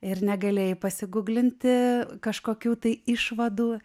ir negalėjai pasigūglinti kažkokių tai išvadų